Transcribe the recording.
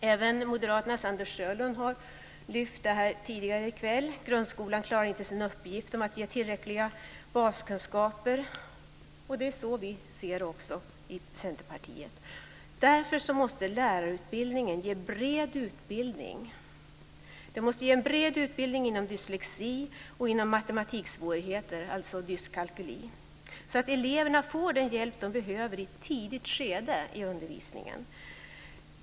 Även Moderaternas Anders Sjölund tog här i kväll upp att grundskolan inte klarar sin uppgift att ge tillräckliga baskunskaper. Det är så vi ser det också i Centerpartiet. Därför måste lärarutbildningen ge en bred utbildning inom dyslexi och inom dyskalkyli, alltså matematiksvårigheter, så att eleverna får den hjälp de behöver i ett tidigt skede i undervisningen.